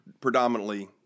predominantly